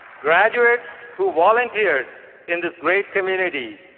graduates who volunteered in this great community,